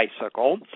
bicycle